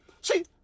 See